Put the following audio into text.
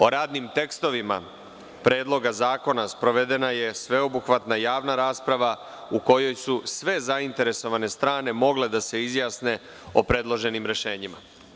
O radnim tekstovima Predloga zakona sprovedena je sveobuhvatna javna rasprava u kojoj su sve zainteresovane strane mogle da se izjasne o predloženim rešenjima.